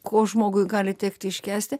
ko žmogui gali tekti iškęsti